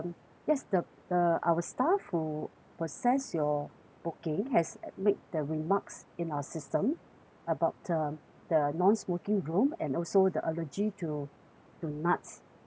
yes the the our staff who processed your booking has made the remarks in our system about um the non-smoking room and also the allergy to to nuts